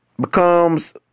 becomes